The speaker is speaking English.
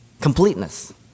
Completeness